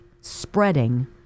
spreading